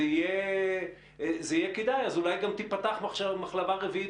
זה יהיה כדאי אולי גם תיפתח מחלבה רביעית,